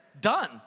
done